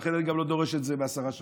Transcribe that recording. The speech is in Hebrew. ולכן אני לא דורש את זה גם מהשרה שקד,